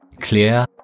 Clear